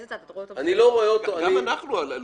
גם אנחנו לא